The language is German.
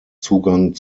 zugang